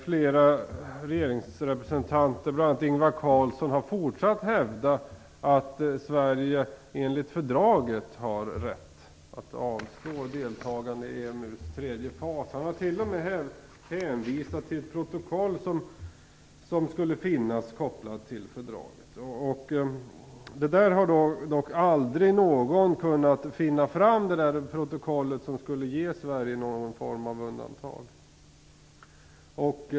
Flera regeringsrepresentanter, bl.a. Ingvar Carlsson, har fortsatt att hävda att Sverige enligt fördraget har rätt att avstå från att delta i EMU:s tredje fas. Han har t.o.m. hänvisat till ett protokoll som skulle vara kopplat till fördraget. Ingen har dock kunnat ta fram det protokoll som skulle ge Sverige någon form av undantag.